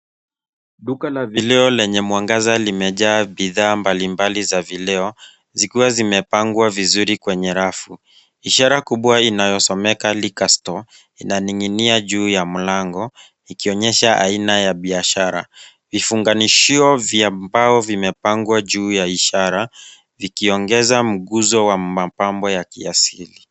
Duka la vileo lenye mwangaza limejaa bidhaa mbalimbali za vileo, zikiwa zimepangwa vizuri kwenye rafu. Ishara kubwa inayosomeka Liquor Store inaning'inia juu ya mlango ikionyesha aina ya biashara. Vifunganishio vya mbao vimepangwa juu ya ishara vikiongeza mguso wa mapambo ya kiasili.